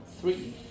three